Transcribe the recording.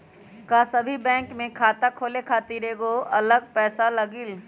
का सभी बैंक में खाता खोले खातीर अलग अलग पैसा लगेलि?